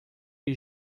que